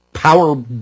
Power